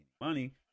money